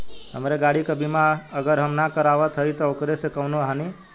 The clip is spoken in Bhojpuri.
हमरे गाड़ी क बीमा अगर हम ना करावत हई त ओकर से कवनों हानि?